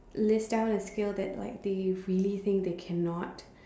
list down a skill that like they really think they cannot